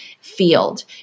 field